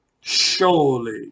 surely